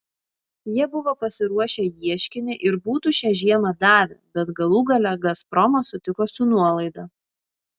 jie buvo pasiruošę ieškinį ir būtų šią žiemą davę bet galų gale gazpromas sutiko su nuolaida